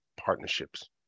partnerships